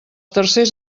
tercers